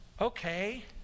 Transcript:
okay